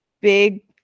big